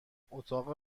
اتاق